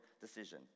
decision